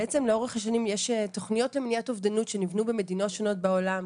בעצם לאורך השנים יש תוכניות למניעת אובדנות שנבנו במדינות שונות בעולם,